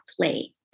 play